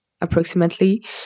approximately